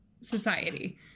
society